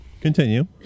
continue